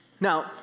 Now